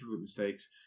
mistakes